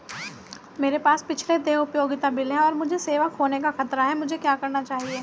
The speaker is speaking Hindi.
मेरे पास पिछले देय उपयोगिता बिल हैं और मुझे सेवा खोने का खतरा है मुझे क्या करना चाहिए?